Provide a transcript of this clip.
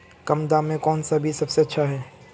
कम दाम में कौन सा बीज सबसे अच्छा है?